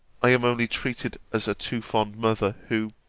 i am only treated as a too fond mother, who,